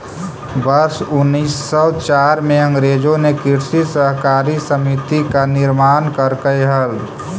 वर्ष उनीस सौ चार में अंग्रेजों ने कृषि सहकारी समिति का निर्माण करकई हल